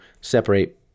separate